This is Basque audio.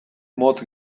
motz